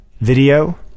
video